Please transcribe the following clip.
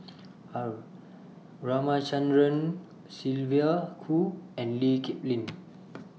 R Ramachandran Sylvia Kho and Lee Kip Lin